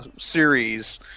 series